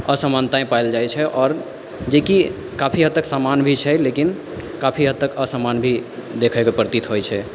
असमानता पाएल जाइ छै आओर जेकि काफी हद तक समान भी छै लेकिन काफी हद तक असमान भी देखैमे प्रतीत होइ छै